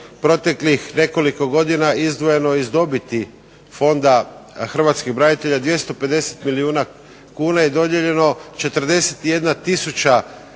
proteklih nekoliko godina izdvojeno iz dobiti Fonda hrvatskih branitelja 250 milijuna kuna i dodijeljeno 41 tisuća